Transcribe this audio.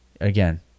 Again